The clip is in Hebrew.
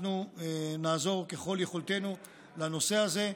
אנחנו נעזור ככל יכולתנו בנושא הזה.